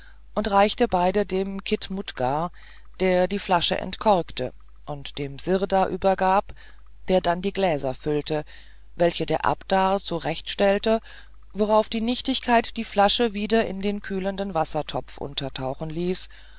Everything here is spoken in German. und reichte beide dem khidmutgar der die flasche entkorkte und dem sirdar übergab der dann die beiden gläser füllte welche der abdar zurechtgestellt worauf die nichtigkeit die flasche wieder in den kühlenden wassertopf untertauchen ließ